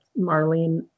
Marlene